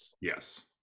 yes